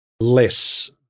less